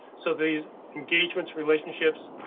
so these engagements, relationships,